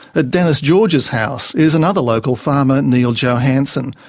at denis george's house is another local farmer, neal johansen,